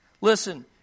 Listen